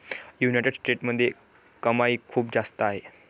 United स्टेट्समध्ये कमाई खूप जास्त आहे